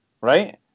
right